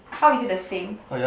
how is it the same